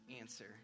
answer